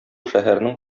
шәһәрнең